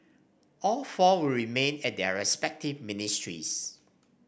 all four will remain at their respective ministries